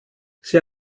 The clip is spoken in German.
sie